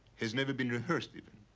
has never been rehearsed even.